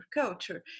culture